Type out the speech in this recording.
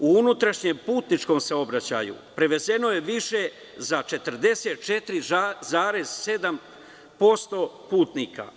U unutrašnjem putničkom saobraćaju prevezeno je više za 44,7% putnika.